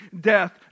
death